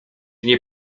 nie